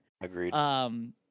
Agreed